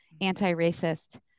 Anti-racist